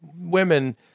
women